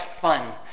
fun